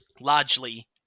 largely